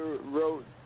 wrote